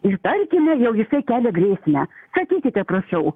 ir tarkime jau jisai kelia grėsmę sakykite prašau